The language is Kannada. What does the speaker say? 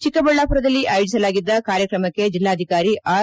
ಚಿಕ್ಕಬಳ್ಳಾಪುರದಲ್ಲಿ ಆಯೋಜಿಸಲಾಗಿದ್ದ ಕಾರ್ಯಕ್ರಮಕ್ಕೆ ಜಿಲ್ಲಾಧಿಕಾರಿ ಆರ್